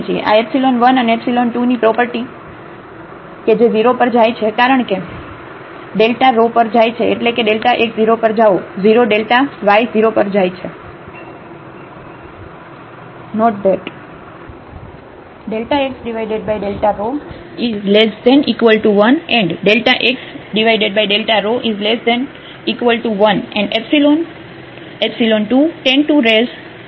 આ એપ્સીલોન 1 અને એપ્સીલોન 2 ની પ્રોપર્ટી ો કે જે 0 પર જાય છે કારણ કે rh 0 પર જાય છે એટલે x 0 પર જાઓ 0 y0 પર જાય છે